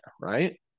right